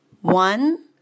One